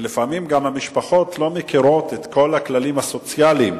ולפעמים המשפחות גם לא מכירות את כל הכללים של התנאים הסוציאליים